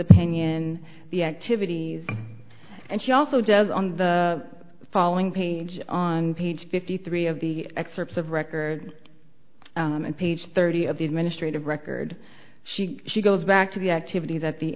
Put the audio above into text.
opinion the activities and she also does on the following page on page fifty three of the excerpts of record and page thirty of the administrative record she she goes back to the activities at the